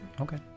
Okay